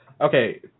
okay